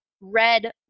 red